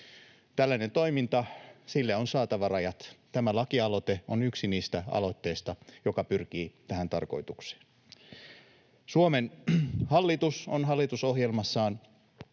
Tällaiselle toiminnalle on saatava rajat. Tämä lakialoite on yksi niistä aloitteista, joka pyrkii tähän tarkoitukseen. Suomen hallitus on hallitusohjelmassaan